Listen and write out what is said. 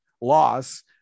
loss